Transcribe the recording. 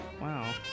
wow